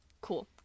Cool